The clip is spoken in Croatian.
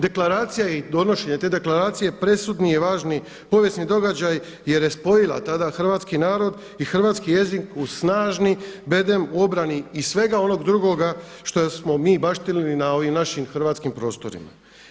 Deklaracija i donošenje te deklaracije presudni je važni povijesni događaj jer je spojila tada hrvatski narod i hrvatski jezik u snažni bedem u obrani i svega onoga drugoga što smo mi baštinili na ovim našim hrvatskim prostorima.